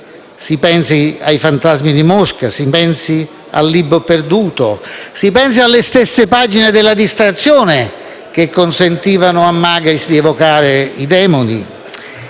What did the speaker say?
si pensi a «I fantasmi di Mosca», a «Il libro perduto» e alle stesse pagine de «La distrazione», che consentivano a Magris di evocare i demoni